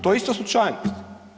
To je isto slučajnost.